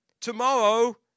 tomorrow